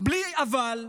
בלי אבל,